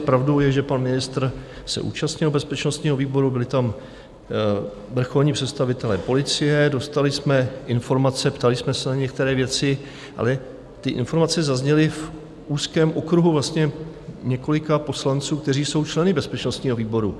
Pravdou je, že pan ministr se účastnil bezpečnostního výboru, byli tam vrcholní představitelé policie, dostali jsme informace, ptali jsme se na některé věci, ale ty informace zazněly v úzkém okruhu vlastně několika poslanců, kteří jsou členy bezpečnostního výboru.